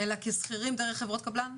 אלא כשכירים דרך חברות הקבלן?